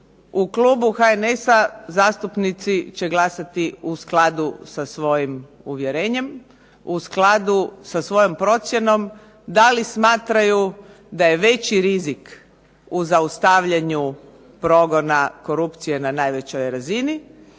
u Klubu HNS-a zastupnici će glasati u skladu sa svojim uvjerenjem, u skladu sa svojom procjenom da li smatraju da je veći rizik u zaustavljanju progona korupcije na najvećoj razini,